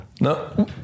No